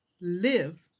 live